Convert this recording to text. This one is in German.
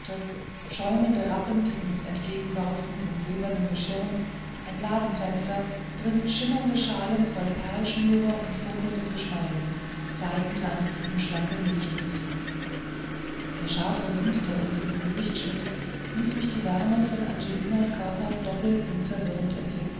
schäumende rappen die uns entgegensausten in silbernen geschirren ein ladenfenster drin schimmernde schalen voll perlschnüren und funkelnden geschmeiden seidenglanz um schlanke mädchenhüften der scharfe wind der uns ins gesicht schnitt ließ mich die wärme von angelinas körper doppelt sinnverwirrend